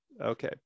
Okay